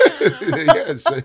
Yes